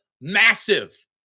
Massive